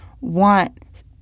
want